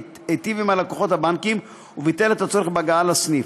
היטיב עם לקוחות הבנקים וביטל את הצורך בהגעה לסניף.